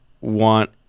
want